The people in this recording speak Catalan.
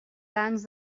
tants